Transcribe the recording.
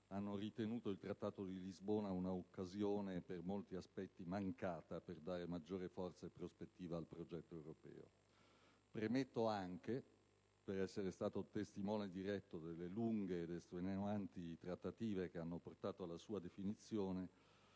hanno ritenuto il Trattato di Lisbona un'occasione per molti aspetti mancata per dare maggiore forza e prospettiva al progetto europeo. Premetto anche - per essere stato testimone diretto delle lunghe ed estenuanti trattative che hanno portato alla sua definizione